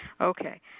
Okay